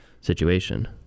situation